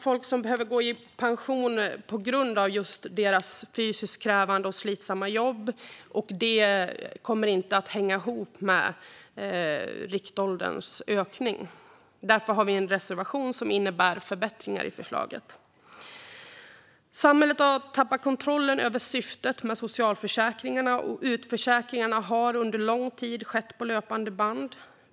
Folk som behöver gå i pension på grund av ett fysiskt krävande och slitsamt jobb kan knappast jobba längre bara för att riktåldern ökar. Det hänger inte ihop, och därför har vi en reservation som innebär förbättringar i förslaget. Samhället har tappat kontrollen över syftet med socialförsäkringarna, och utförsäkringar har under lång tid skett på löpande band.